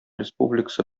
республикасы